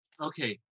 Okay